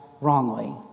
wrongly